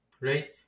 right